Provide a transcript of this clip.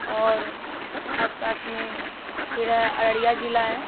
और आस पास में फ़िर है अरड़िया ज़िला है